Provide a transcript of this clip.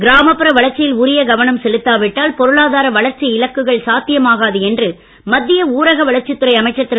கிராமப்புற வளர்ச்சியில் உரிய கவனம் செலுத்தா விட்டால் பொருளாதார வளர்ச்சி இலக்குகள் சாத்தியமாகாது என்று மத்திய ஊரக வளர்ச்சித் துறை அமைச்சர் திரு